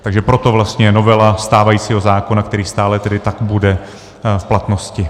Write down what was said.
Takže proto vlastně je novela stávajícího zákona, který stále tak bude v platnosti.